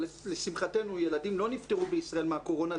אבל לשמחתנו ילדים לא נפטרו בישראל מהקורונה,